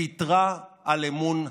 ויתרה על אמון הציבור.